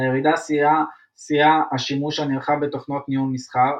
לירידה סייע השימוש הנרחב בתוכנות ניהול מסחר,